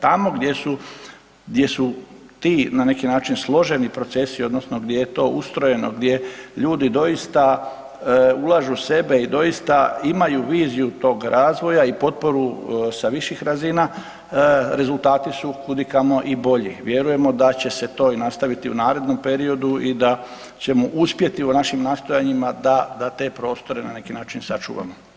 Tamo gdje su ti na neki način složeni procesi odnosno gdje je to ustrojeno, gdje ljudi doista ulažu sebe i doista imaju viziju tog razvoja i potporu sa viših razina, rezultati su kudikamo i bolji, vjerujemo da će se to i nastaviti u narednom periodu i da ćemo uspjeti u našim nastojanjima da, da te prostore na neki način sačuvamo.